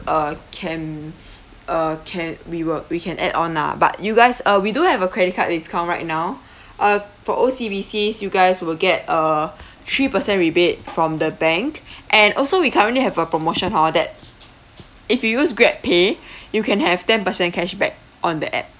uh can uh can we will we can add on lah but you guys uh we do have a credit card discount right now uh for O_C_B_C's you guys will get a three percent rebate from the bank and also we currently have a promotion hor that if you use grab pay you can have ten percent cashback on the app